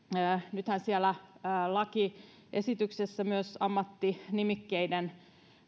nythän siellä lakiesityksessä myös ammattinimikkeiden